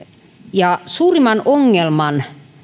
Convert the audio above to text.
suurimman ongelman